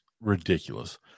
ridiculous